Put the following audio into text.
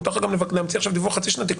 מותר לך גם להמציא עכשיו דיווח חצי שנתי.